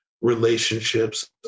relationships